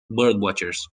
birdwatchers